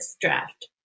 draft